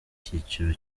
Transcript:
cyiciro